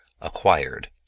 acquired